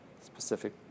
specific